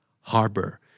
Harbor